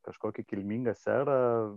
kažkokį kilmingą serą